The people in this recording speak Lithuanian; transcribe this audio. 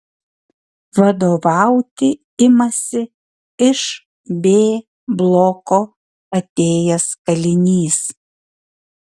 vadovauti imasi iš b bloko atėjęs kalinys